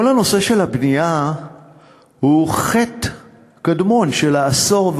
כל נושא הבנייה הוא חטא קדמון של העשור,